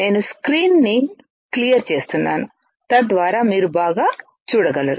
నేను స్క్రీన్ను క్లియర్ చేస్తున్నాను తద్వారా మీరు బాగా చూడగలరు